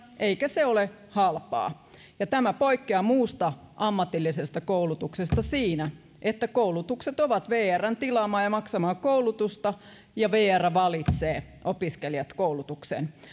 eikä se ole halpaa tämä poikkeaa muusta ammatillisesta koulutuksesta siinä että koulutukset ovat vrn tilaamaa ja maksamaa koulutusta ja vr valitsee opiskelijat koulutukseen